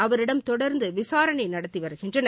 அவரிடம் தொடர்ந்து விசாரணை நடத்தி வருகின்றனர்